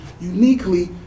uniquely